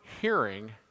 hearing